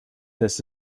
this